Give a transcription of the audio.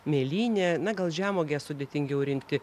mėlynė na gal žemuoges sudėtingiau rinkti